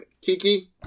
Kiki